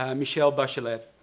um michelle bachelet.